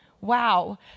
Wow